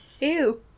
Ew